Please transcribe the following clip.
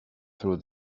through